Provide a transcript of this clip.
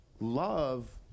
Love